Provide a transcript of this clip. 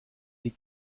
die